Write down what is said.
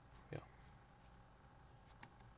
ya